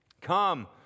Come